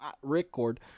Record